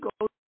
go